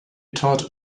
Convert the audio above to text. taught